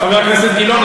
חבר הכנסת גילאון,